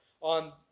on